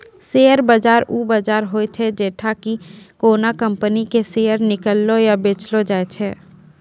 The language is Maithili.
शेयर बाजार उ बजार होय छै जैठां कि कोनो कंपनी के शेयर किनलो या बेचलो जाय छै